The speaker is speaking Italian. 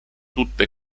tutte